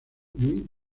muy